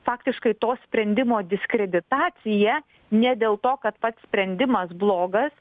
faktiškai to sprendimo diskreditaciją ne dėl to kad pats sprendimas blogas